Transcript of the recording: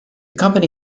company